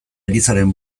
elizaren